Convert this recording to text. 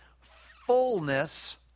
Fullness